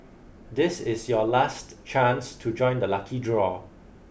this is your last chance to join the lucky draw